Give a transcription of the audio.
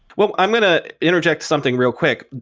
well, i'm going to interject something real quick.